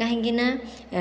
କାହିଁକିନା